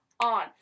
on